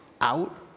out